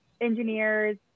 engineers